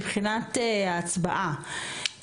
מבחינת הצבעה,